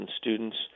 students